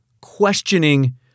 questioning